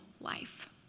life